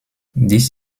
dies